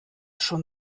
schon